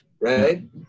right